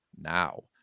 now